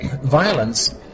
violence